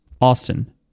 Austin